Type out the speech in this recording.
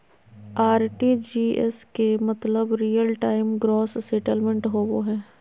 RTGS के मतलब real time gross settlement होबो हय